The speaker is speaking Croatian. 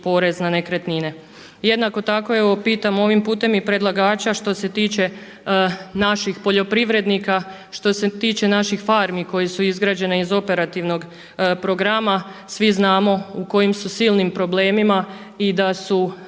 porez na nekretnine. Jednako tako pitam ovim putem i predlagača što se tiče naših poljoprivrednika, što se tiče naših farmi koje su izgrađene iz operativnog programa. Svi znamo u kojim su silnim problemima i da su